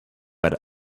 had